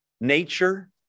Nature